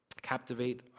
captivate